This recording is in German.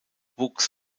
wuchs